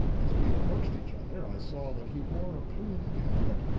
as we approached each other, i saw that he wore a plumed helmet,